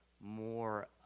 more